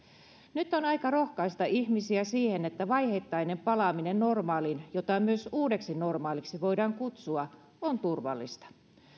nyt on aika rohkaista ihmisiä siihen että vaiheittainen palaaminen normaalin jota myös uudeksi normaaliksi voidaan kutsua on turvallista